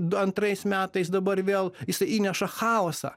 du antrais metais dabar vėl jisai įneša chaosą